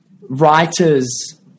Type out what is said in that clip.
writers